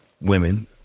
women